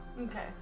Okay